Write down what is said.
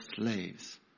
slaves